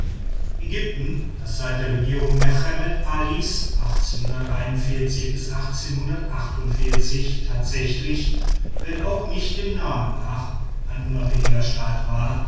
ägypten das seit der regierung mehemed alis tatsächlich wenn auch nicht dem namen nach ein unabhängiger staat war